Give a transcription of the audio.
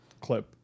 clip